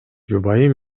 жубайы